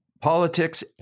Politics